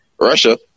Russia